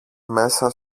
μέσα